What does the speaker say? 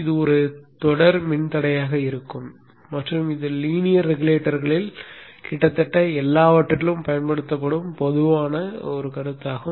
இது ஒரு தொடர் மின்தடையாக இருக்கும் மற்றும் இது லீனியர் ரெகுலேட்டர்களில் கிட்டத்தட்ட எல்லாவற்றிலும் பயன்படுத்தப்படும் பொதுவான கருத்துகளாகும்